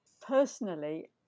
personally